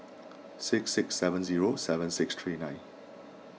six six seven zero seven six three nine